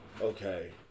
Okay